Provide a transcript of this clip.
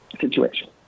situation